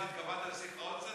התכוונת שיוסיף